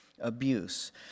Abuse